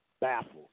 baffled